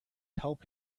help